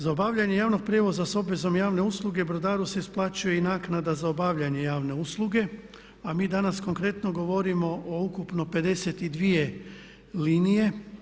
Za obavljanje javnog prijevoza sa obvezom javne usluge brodaru se isplaćuje i naknada za obavljanje javne usluge a mi danas konkretno govorimo o ukupno 52 linije.